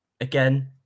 again